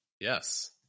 Yes